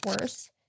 worse